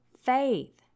faith